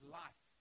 life